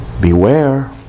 Beware